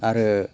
आरो